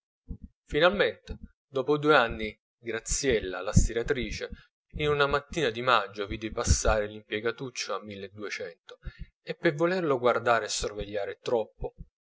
finalmente dopo due anni graziella la stiratrice in una mattina di maggio vide passare l'impiegatuccio a mille e duecento e per volerlo guardare e sorvegliare troppo